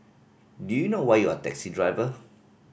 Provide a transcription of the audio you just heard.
do you know why you're a taxi driver